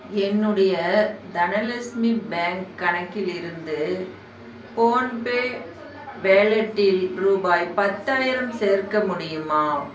என்னுடைய தனலக்ஷ்மி பேங்க் கணக்கிலிருந்து ஃபோன்பே வேலெட்டில் ரூபாய் பத்தாயிரம் சேர்க்க முடியுமா